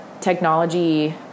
technology